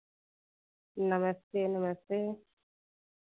नमस्ते नमस्ते